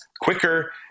quicker